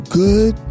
good